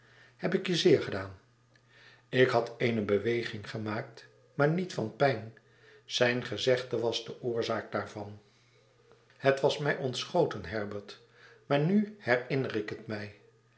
heb ik je zeer gedaan ik had eene beweging gemaakt maar niet van pijn zijn gezegde was de oorzaak daarvan het was mij ontschoten herbert maar nu herinner ik het mij